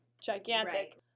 gigantic